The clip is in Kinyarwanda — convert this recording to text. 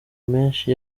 menshi